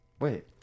wait